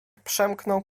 przemknął